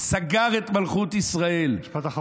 סגר את מלכות ישראל.